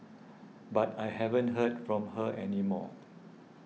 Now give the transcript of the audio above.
but I haven't heard from her any more